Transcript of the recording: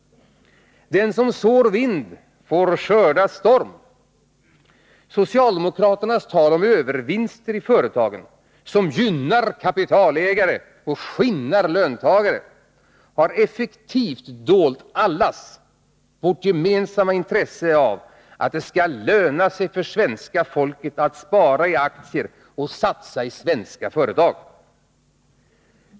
Den som sår vind får skörda storm. Socialdemokraternas tal om övervinster i företagen som gynnar kapitalägare och skinnar löntagare har effektivt dolt allas vårt gemensamma intresse av att det skall löna sig för svenska folket att spara i aktier och satsa i svenska företag.